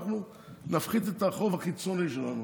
אנחנו נפחית את החוב החיצוני שלנו.